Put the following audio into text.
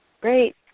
great